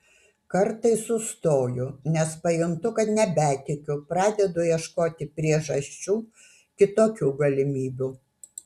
kartais sustoju nes pajuntu kad nebetikiu pradedu ieškoti priežasčių kitokių galimybių